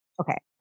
okay